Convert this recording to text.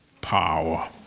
power